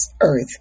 earth